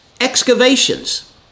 excavations